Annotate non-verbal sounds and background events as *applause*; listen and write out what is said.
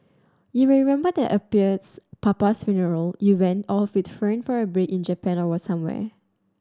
you may remember that *unintelligible* papa's funeral you went off with Fern for a break in Japan or somewhere